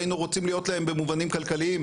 היינו רוצים להיות להם במובנים כלכליים,